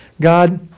God